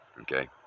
okay